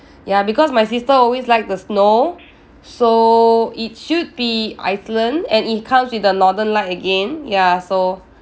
ya because my sister always like the snow so it should be iceland and it comes with the northern light again ya so